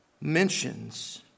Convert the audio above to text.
mentions